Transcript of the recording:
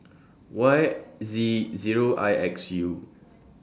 Y Z Zero I X U